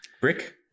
Brick